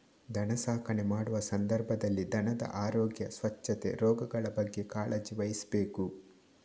ದನ ಸಾಕಣೆ ಮಾಡುವ ಸಂದರ್ಭದಲ್ಲಿ ದನದ ಆರೋಗ್ಯ, ಸ್ವಚ್ಛತೆ, ರೋಗಗಳ ಬಗ್ಗೆ ಕಾಳಜಿ ವಹಿಸ್ಬೇಕು